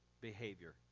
behavior